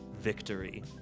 victory